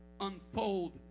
unfold